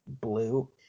blue